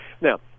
Now